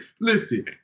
listen